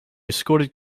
escorted